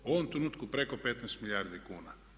U ovom trenutku preko 15 milijardi kuna.